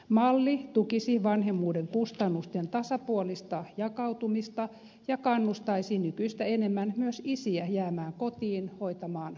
malli tukisi vanhemmuuden kustannusten tasapuolista jakautumista ja kannustaisi nykyistä enemmän myös isiä jäämään kotiin hoitamaan lapsiaan